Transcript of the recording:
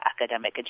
academic